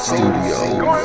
Studios